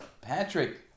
Patrick